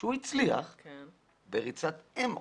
שם לב